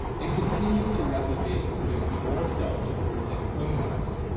and continues to replicate and produce more cells with forty seven chromosomes.